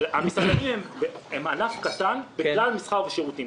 המסעדנים הם ענף קטן בכלל המסחר והשירותים.